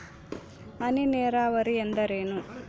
ಹನಿ ನೇರಾವರಿ ಎಂದರೇನು?